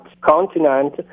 continent